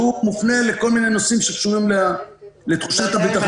שהוא מופנה לכל מיני נושאים שקשורים לתחושת הביטחון.